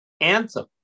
Anthem